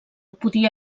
podia